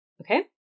Okay